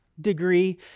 degree